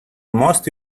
most